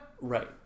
Right